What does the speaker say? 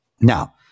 now